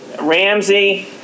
Ramsey